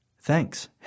Thanks